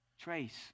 trace